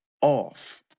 Off